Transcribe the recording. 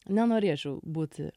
nenorėčiau būti